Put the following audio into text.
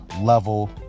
level